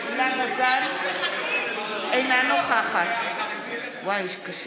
אינה נוכחת שמולי, מחכים.